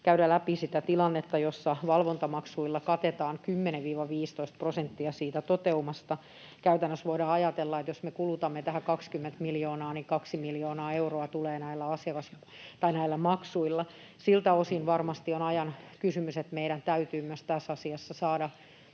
käydä läpi sitä tilannetta, jossa valvontamaksuilla katetaan 10—15 prosenttia toteumasta. Käytännössä voidaan ajatella, että jos me kulutamme tähän 20 miljoonaa, niin 2 miljoonaa euroa tulee näillä maksuilla. Siltä osin varmasti on ajan kysymys, että meidän täytyy myös tässä asiassa saada